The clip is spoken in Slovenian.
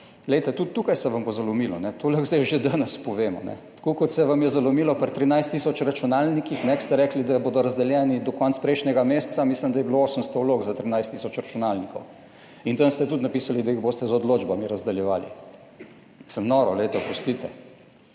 tukaj se vam bo zalomilo, to lahko zdaj že danes povemo. Tako kot se vam je zalomilo pri 13 tisoč računalnikih, ste rekli, da bodo razdeljeni do konca prejšnjega meseca, mislim, da je bilo 800 vlog za 13 tisoč računalnikov in tam ste tudi napisali, da jih boste z odločbami razdeljevali. Mislim, noro, glejte, oprostite,